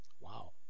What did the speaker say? Wow